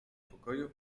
pokoju